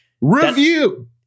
Review